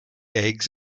eggs